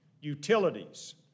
utilities